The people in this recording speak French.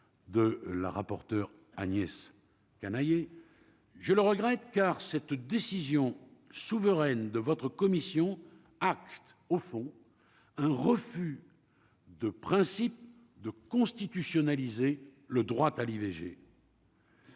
de la rapporteure Agnès Canayer, je le regrette car cette décision souveraine de votre commission acte au fond un refus de principe de constitutionnaliser le droit à l'IVG.